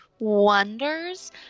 wonders